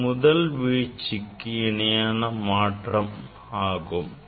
இது முதல் வீழ்ச்சிக்கு இணையான மாற்றம் ஆகும்